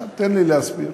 תן לי להסביר.